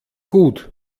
gut